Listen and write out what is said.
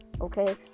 okay